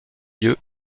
lieu